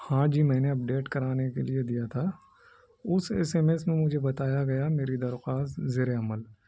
ہاں جی میں نے اپڈیٹ کرانے کے لیے دیا تھا اس ایس ایم ایس میں مجھے بتایا گیا میری درخواست زیرِ عمل